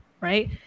Right